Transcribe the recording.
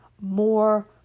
more